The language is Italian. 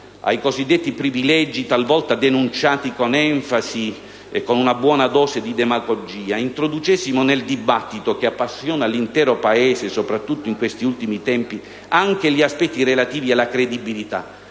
ai cosiddetti privilegi, talvolta denunciati con enfasi e con una buona dose di demagogia, introducessimo nel dibattito che appassiona l'intero Paese, soprattutto in questi ultimi tempi, anche gli aspetti relativi alla credibilità,